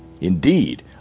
Indeed